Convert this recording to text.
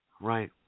Right